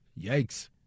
Yikes